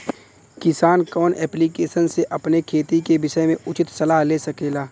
किसान कवन ऐप्लिकेशन से अपने खेती के विषय मे उचित सलाह ले सकेला?